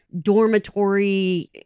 dormitory